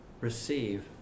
receive